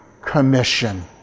commission